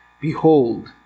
Behold